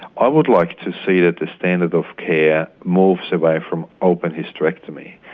i would like to see that the standard of care moves away from open hysterectomy.